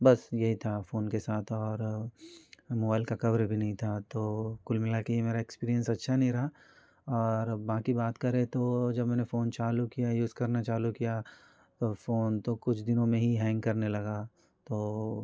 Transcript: बस यही था फ़ोन के साथ और मोबाईल का कभर भी नहीं था तो कुल मिला कर ये मेरा एक्सपीरियंस अच्छा नहीं रहा और बाक़ी बात करें तो जब मैंने फ़ोन चालू किया यूज़ करना चालू किया तो फ़ोन तो कुछ दिनों में ही हैंग करने लगा तो